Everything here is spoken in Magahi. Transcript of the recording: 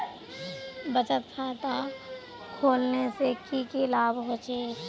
बचत खाता खोलने से की की लाभ होचे?